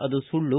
ಅದು ಸುಳ್ಲು